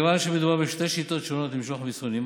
כיוון שמדובר בשתי שיטות שונות למשלוח המסרונים,